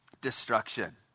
destruction